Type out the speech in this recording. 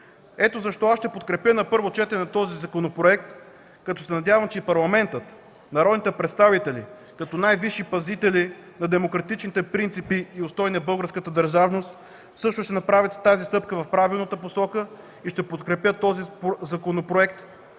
Ето защо аз ще подкрепя на първо четене законопроекта, като се надявам, че Парламентът – народните представители, като най-висши пазители на демократичните принципи и устои на българската държавност, ще направят стъпка в правилната посока и ще подкрепят законопроекта.